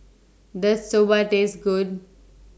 Does Soba Taste Good